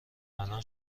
الان